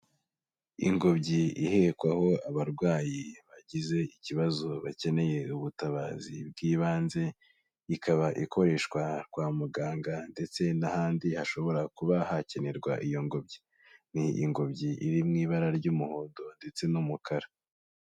Ingobyi ihekwaho abarwayi bagize ikibazo bakeneye ubutabazi bw'ibanze, ikaba ikoreshwa kwa muganga ndetse n'ahandi hashobora kuba hakenerwa iyo ngobyi, ni ingobyi iri mu ibara ry'umuhondo ndetse n'umukara.